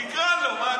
תקרא לו.